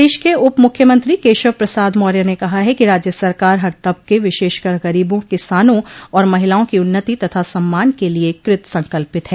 प्रदेश के उप मुख्यमंत्री केशव प्रसाद मौर्य ने कहा है कि राज्य सरकार हर तबक विशेषकर गरीबों किसानों और महिलाओं की उन्नति तथा सम्मान के लिये कृत संकल्पित है